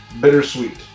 bittersweet